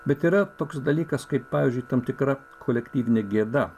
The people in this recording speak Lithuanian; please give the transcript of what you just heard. bet yra toks dalykas kaip pavyzdžiui tam tikra kolektyvinė gėda